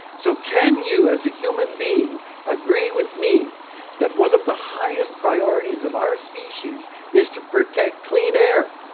so can you as a human being agree with me that one of the highest priorities of our species is to protect clean air?